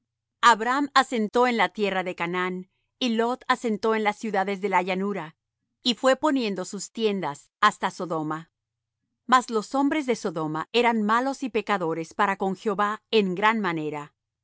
abram asentó en la tierra de canaán y lot asentó en las ciudades de la llanura y fué poniendo sus tiendas hasta sodoma mas los hombres de sodoma eran malos y pecadores para con jehová en gran manera